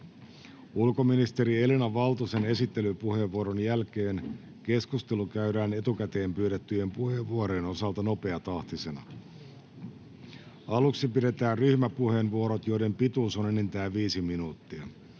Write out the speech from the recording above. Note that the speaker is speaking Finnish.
Ulkoministeri Elina Valtosen esittelypuheenvuoron jälkeen keskustelu käydään etukäteen pyydettyjen puheenvuorojen osalta nopeatahtisena. Aluksi pidetään ryhmäpuheenvuorot, joiden pituus on enintään 5 minuuttia.